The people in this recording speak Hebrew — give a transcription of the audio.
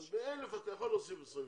--- אז ל-1,000 אתה יכול להוסיף 26,